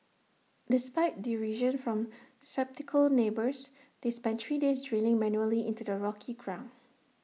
despite derision from sceptical neighbours they spent three days drilling manually into the rocky ground